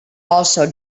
also